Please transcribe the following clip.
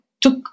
took